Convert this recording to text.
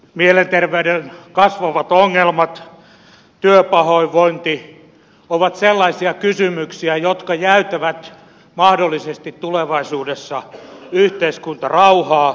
mielenterveyden kasvavat ongelmat työpahoinvointi ovat sellaisia kysymyksiä jotka jäytävät mahdollisesti tulevaisuudessa yhteiskuntarauhaa ja vakautta